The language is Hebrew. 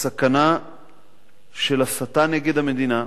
סכנה של הסתה נגד המדינה,